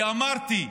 כי אמרתי: